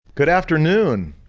good afternoon